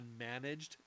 unmanaged